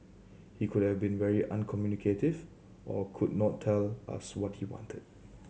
he could have been very uncommunicative or could not tell us what he wanted